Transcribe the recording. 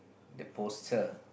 the poster